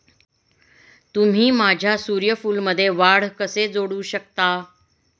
तुम्ही माझ्या सूर्यफूलमध्ये वाढ कसे जोडू शकता?